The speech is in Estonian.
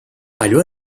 palju